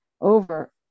over